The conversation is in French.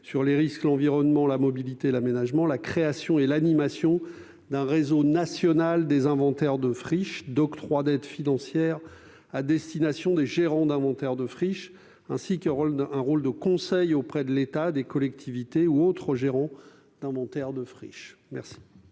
sur les risques, l'environnement, la mobilité et l'aménagement (Cerema) la création et l'animation d'un réseau national des inventaires de friches, d'octroi d'aides financières à destination des gérants d'inventaire de friches, ainsi qu'un rôle de conseil auprès de l'État, des collectivités ou des autres gérants d'inventaire. La parole est